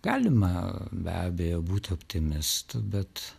galima be abejo būt optimistu bet